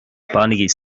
bainigí